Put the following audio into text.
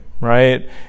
right